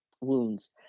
wounds